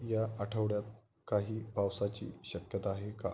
या आठवड्यात काही पावसाची शक्यता आहे का